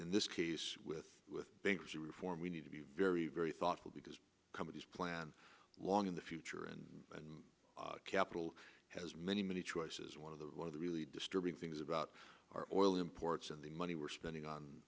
in this case with with bankruptcy reform we need to be very very thoughtful because companies plan long in the future and capital has many many choices one of the one of the really disturbing things about our oil imports and the money we're spending on